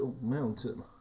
Mountain